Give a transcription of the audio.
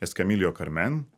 eskamilijo karmen